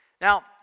Now